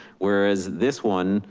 whereas this one,